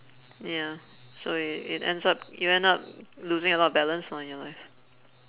yeah so it it ends up you end up losing a lot of balance lah in your life